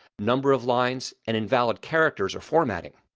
number of lines, and invalid characters or formatting.